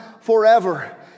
forever